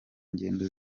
ngendo